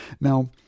Now